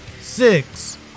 six